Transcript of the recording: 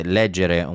leggere